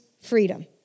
freedom